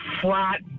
flat